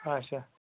اچھا